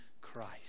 Christ